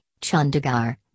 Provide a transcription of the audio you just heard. Chandigarh